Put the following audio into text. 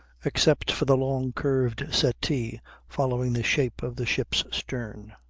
except for the long curved settee following the shape of the ship's stern.